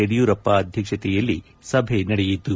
ಯಡಿಯೂರಪ್ಪ ಅದ್ದಕ್ಷತೆಯಲ್ಲಿ ಸಭೆ ನಡೆಯಿತು